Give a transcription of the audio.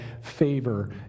favor